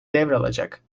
devralacak